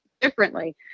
differently